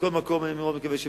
מכל מקום, אני מאוד מקווה,